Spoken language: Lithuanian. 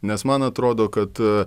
nes man atrodo kad